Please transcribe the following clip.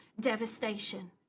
devastation